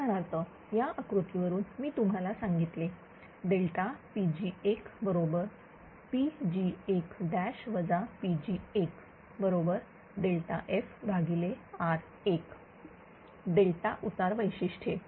उदाहरणार्थ या आकृतीवरून मी तुम्हाला सांगितले Pg1 बरोबर Pg1 Pg1बरोबर FR1 डेल्टा उतार वैशिष्ट्ये